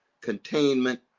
containment